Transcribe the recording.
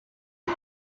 you